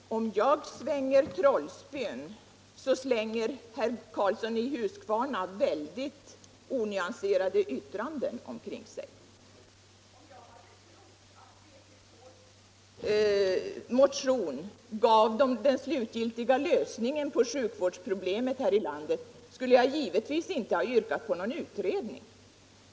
Herr talman! Om jag svänger trollspön så svänger herr Karlsson i Hus kvarna väldigt onyanserade uttalanden omkring sig. Hade jag trott att i landet skulle jag givetvis inte ha yrkat på någon utredning.